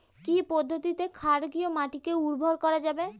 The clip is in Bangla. কি পদ্ধতিতে ক্ষারকীয় মাটিকে উর্বর করা যাবে?